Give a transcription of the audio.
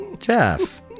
Jeff